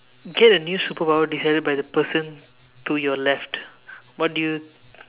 get a new superpower decided by the person to your left what do you